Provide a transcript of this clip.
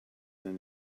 than